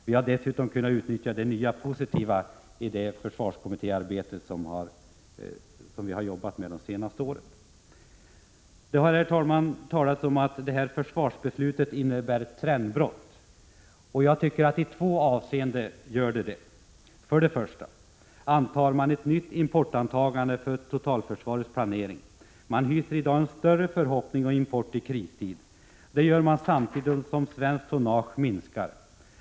Vi hade dessutom kunnat utnyttja det nya och positiva i det försvarskommittéarbete som vi har jobbat med de senaste åren. Det har, herr talman, talats om att det här försvarsbeslutet innebär trendbrott. Jag tycker att det gör det i två avseenden. För det första gör man ett nytt importantagande för totalförsvarets planering. Man hyser i dag en större förhoppning om import i kristid. Det gör man samtidigt som svenskt tonnage minskar.